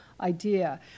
idea